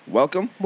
welcome